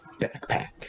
backpack